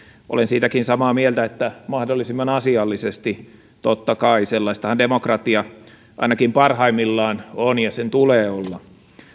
olen siitäkin samaa mieltä että mahdollisimman asiallisesti totta kai sellaistahan demokratia ainakin parhaimmillaan on ja sen tulee olla